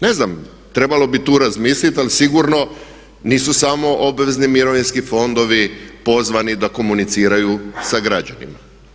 Ne znam, trebalo bi tu razmisliti, ali sigurno nisu samo obvezni mirovinski fondovi pozvani da komuniciraju sa građanima.